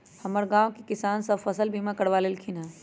हमर गांव के किसान सभ फसल बीमा करबा लेलखिन्ह ह